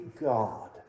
God